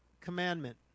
commandment